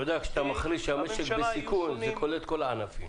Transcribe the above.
כשאתה מכריז שהמשק בסיכון, זה כולל את כל הענפים.